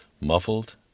muffled